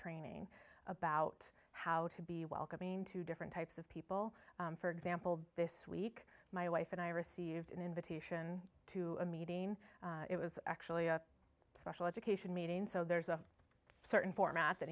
training about how to be welcoming to different types of people for example this week my wife and i received an invitation to a meeting it was actually a special education meeting so there's a certain format that